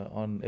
on